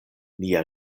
nia